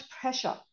pressure